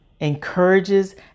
encourages